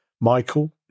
Michael